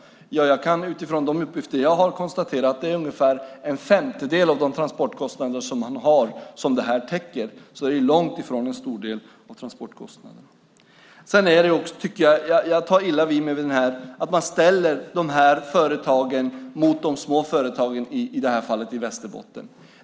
Jag kan utifrån de uppgifter som jag har konstatera att det är ungefär en femtedel av transportkostnaderna som stödet täcker, så det är långt ifrån en stor del av transportkostnaderna. Jag tar illa vid mig av att man ställer de här företagen mot de små företagen, i det här fallet i Västerbotten.